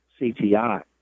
CTI